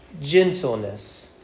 gentleness